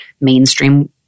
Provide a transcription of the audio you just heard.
mainstream